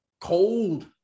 cold